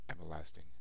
everlasting